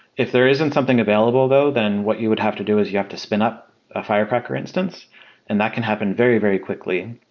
if there isn't something available though, then what you would have to do is you have to spin up a firecracker instance and that can happen very, very quickly.